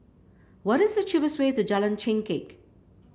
what is the cheapest way to Jalan Chengkek